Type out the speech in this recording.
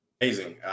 amazing